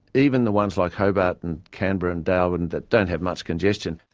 even the ones like hobart and canberra and darwin that don't have much congestion.